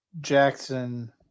Jackson